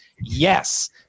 Yes